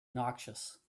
noxious